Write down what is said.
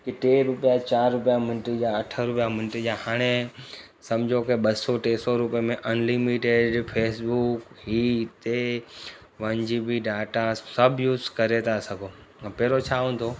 की टे रुपिया चारि रुपिया मिंट जा अठ रुपिया मिंट जा हाणे सम्झो की ॿ सौ टे सौ रुपये में अनलिमिटेड फेसबुक ई ते वन जी बी डाटा सभु यूज़ करे था सघो ऐं पहिरियोंं छा हूंदो हो